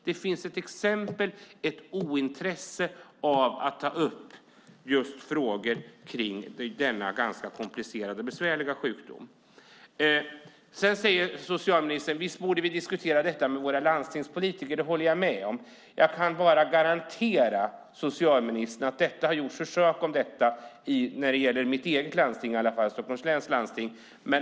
Det finns ett ointresse att ta upp frågor om denna ganska komplicerade och besvärliga sjukdom. Socialministern säger att vi borde diskutera detta med våra landstingspolitiker, och det håller jag med om. Jag kan bara garantera att det har gjorts försök till detta i mitt eget hemlandsting Stockholms läns landsting.